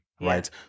Right